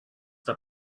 have